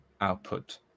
output